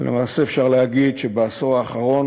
ולמעשה, אפשר להגיד שבעשור האחרון